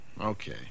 Okay